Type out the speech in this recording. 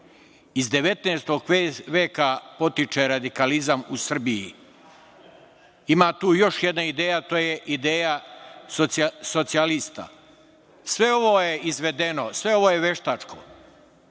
19. veka potiče radikalizam u Srbiji. Ima tu još jedna ideja, a to je ideja socijalista. Sve ovo je izvedeno, sve ovo je veštačko,